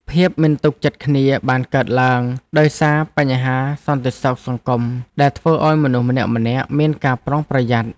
ភាពមិនទុកចិត្តគ្នាបានកើតឡើងដោយសារបញ្ហាសន្តិសុខសង្គមដែលធ្វើឱ្យមនុស្សម្នាក់ៗមានការប្រុងប្រយ័ត្ន។